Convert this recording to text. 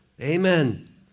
amen